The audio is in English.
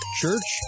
church